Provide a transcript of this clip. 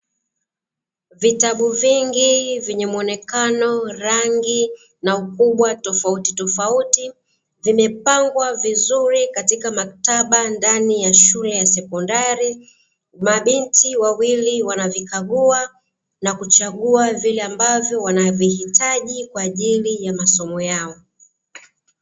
Vitabu vingi vyenye muonekano, rangi na ukubwa tofauti tofauti, vimepangwa vizuri katika maktaba ndani ya shule ya sekondari. Mabinti wawili wanavikagua na kuchagua vile ambavyo wanavihitaji, kwa ajili ya masomo yao.